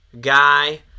guy